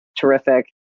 terrific